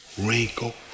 wrinkle